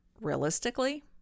Realistically